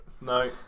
No